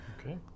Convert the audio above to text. Okay